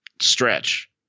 Stretch